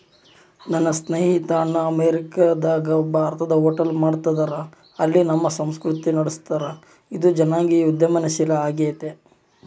ನನ್ನ ಸ್ನೇಹಿತೆಯ ಅಣ್ಣ ಅಮೇರಿಕಾದಗ ಭಾರತದ ಹೋಟೆಲ್ ಮಾಡ್ತದರ, ಅಲ್ಲಿ ನಮ್ಮ ಸಂಸ್ಕೃತಿನ ನಡುಸ್ತದರ, ಇದು ಜನಾಂಗೀಯ ಉದ್ಯಮಶೀಲ ಆಗೆತೆ